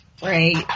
Great